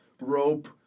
rope